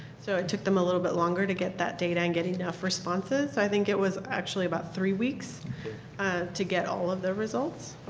so it took them a little bit longer to get that data. to and get enough responses. i think it was actually about three weeks ah to get all of the results.